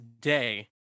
day